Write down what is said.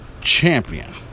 champion